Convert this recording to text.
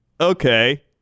okay